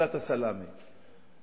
בשיטת הסלאמי.